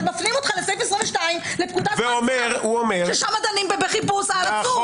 מפנים אותך לסעיף 22 ששם דנים בחיפוש העצור.